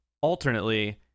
alternately